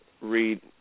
read –